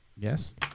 Yes